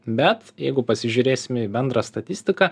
bet jeigu pasižiūrėsime į bendrą statistiką